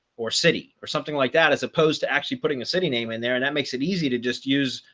or city or something like that, as opposed to actually putting a city name in there. and that makes it easy to just use,